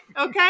okay